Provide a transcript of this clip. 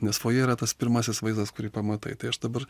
nes foje yra tas pirmasis vaizdas kurį pamatai tai aš dabar